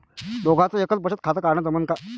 दोघाच एकच बचत खातं काढाले जमनं का?